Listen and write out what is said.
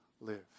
live